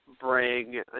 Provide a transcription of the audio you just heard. bring